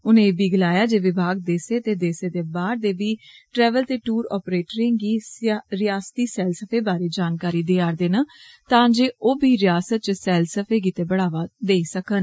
उनें इबी गलाया जे विभाग देसे दे देसे दे बाहर दे बी ट्रेवल ते टूर आपरेटरें गी रियासती सैलसफे बारै जानकारी देया रदे न तांजे ओ बी रियासत च सैलसफा गिते बढ़ावा देई सकन